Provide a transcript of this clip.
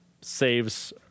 saves